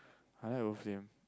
I like WolfTeam